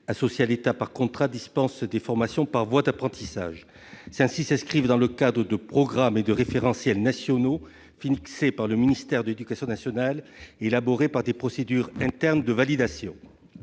associés à l'État par contrat dispensent des formations par voie d'apprentissage. Celles-ci s'inscrivent dans le cadre de programmes et de référentiels nationaux fixés par le ministère de l'éducation nationale et élaborés par des procédures internes de validation.